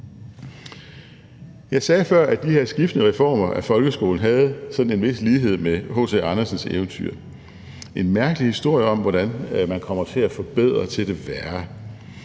Jeg sagde før, at de her skiftende reformer af folkeskolen havde sådan en vis lighed med H. C. Andersens eventyr: en mærkelig historie om, hvordan man kommer til at forbedre til det værre.